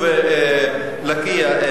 אני תושב היישוב לקיה,